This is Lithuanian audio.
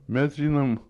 mes žinom